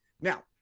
now